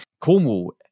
cornwall